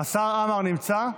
השר עמאר נמצא?